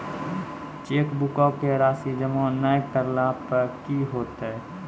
चेकबुको के राशि जमा नै करला पे कि होतै?